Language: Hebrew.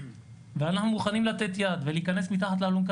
ואנחנו מוכנים לתת יד ולהיכנס מתחת לאלונקה